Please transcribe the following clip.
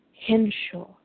Henshaw